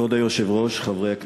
כבוד היושב-ראש, חברי הכנסת,